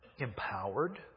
Empowered